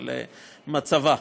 למצבה.